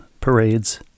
parades